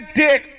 dick